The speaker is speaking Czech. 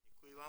Děkuji vám.